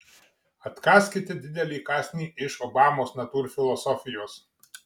atkąskite didelį kąsnį iš obamos natūrfilosofijos